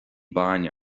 bainne